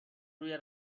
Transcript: روی